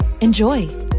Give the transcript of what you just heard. enjoy